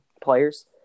players